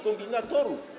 kombinatorów.